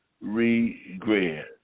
regret